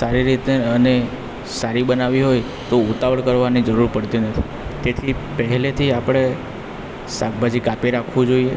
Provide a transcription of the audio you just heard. સારી રીતે અને સારી બનાવી હોય તો ઉતાવળ કરવાની જરૂર પડતી નથી તેથી પહેલેથી આપણે શાકભાજી કાપી રાખવું જોઈએ